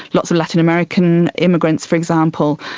lots of latin american immigrants, for example,